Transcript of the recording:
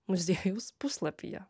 muziejaus puslapyje